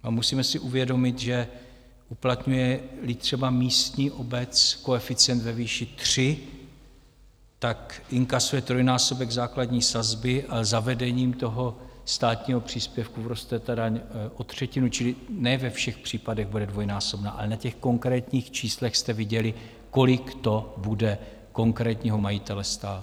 A musíme si uvědomit, že uplatňujeli třeba místní obec koeficient ve výši 3, inkasuje trojnásobek základní sazby a zavedením státního příspěvku vzroste ta daň o třetinu, čili ne ve všech případech bude dvojnásobná, ale na konkrétních číslech jste viděli, kolik to bude konkrétního majitele stát.